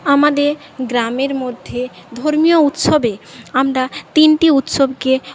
আমাদের গ্রামের মধ্যে ধর্মীয় উৎসবে আমরা তিনটি উৎসবকে